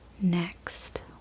next